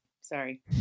Sorry